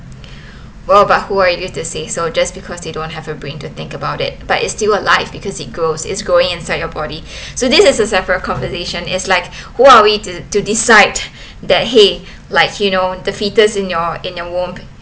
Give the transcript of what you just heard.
well but who are you to say so just because they don't have a brain to think about it but it's still a live because it grows is growing inside your body so this is a separate conversation is like who are we to do decide that !hey! like you know the fetus in your in your womb